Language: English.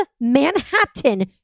Manhattan